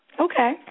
Okay